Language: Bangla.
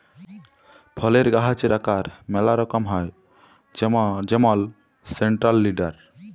ফলের গাহাচের আকারের ম্যালা রকম হ্যয় যেমল সেলট্রাল লিডার